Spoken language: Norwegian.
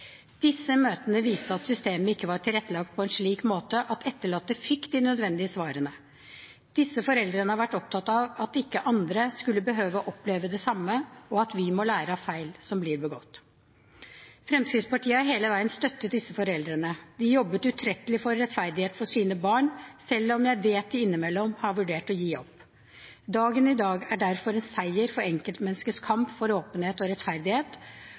Disse møtene viste at systemet ikke var tilrettelagt på en slik måte at etterlatte fikk de nødvendige svarene. Disse foreldrene har vært opptatt av at ikke andre skulle behøve å oppleve det samme, og at vi må lære av feil som blir begått. Fremskrittspartiet har hele veien støttet disse foreldrene. De jobbet utrettelig for rettferdighet for sine barn, selv om jeg vet at de innimellom har vurdert å gi opp. Dagen i dag er derfor en seier for enkeltmenneskets kamp for åpenhet og rettferdighet,